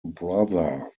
brother